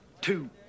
two